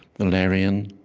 valerian,